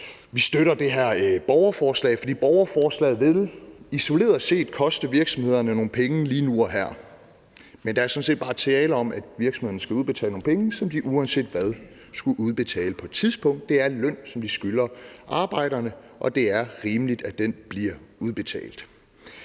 vi støtter det her borgerforslag. For borgerforslaget vil isoleret set koste virksomhederne nogle penge lige nu og her, men der er sådan set bare tale om, at virksomhederne skal udbetale nogle penge, som de uanset hvad skulle udbetale på et tidspunkt. Det er løn, som de skylder medarbejderne, og det er rimeligt, at den bliver udbetalt.